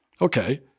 Okay